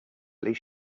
least